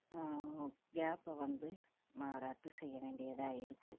கேபை வந்து நான் ரத்து செய்ய வேண்டியதாக இருக்குது